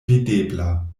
videbla